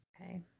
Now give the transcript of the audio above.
okay